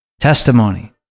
testimony